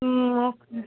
ம் ஓகே ம்